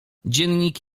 dziennik